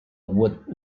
would